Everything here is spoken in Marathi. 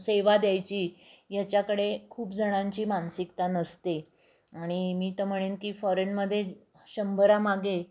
सेवा द्यायची याच्याकडे खूप जणांची मानसिकता नसते आणि मी तर म्हणेन की फॉरेनमध्ये शंभरामागे